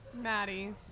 Maddie